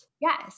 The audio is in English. Yes